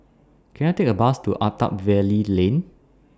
Can I Take A Bus to Attap Valley Lane